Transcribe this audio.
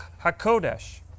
HaKodesh